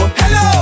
hello